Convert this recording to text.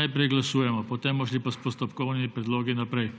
Najprej glasujemo, potem bomo pa šli s postopkovnimi predlogi naprej.